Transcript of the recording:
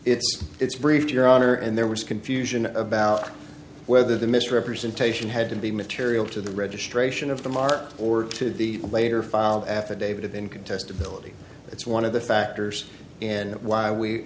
if it's brief your honor and there was confusion about whether the misrepresentation had to be material to the registration of the mark or to the later filed affidavit of in contestability it's one of the factors in why we